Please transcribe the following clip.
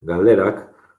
galderak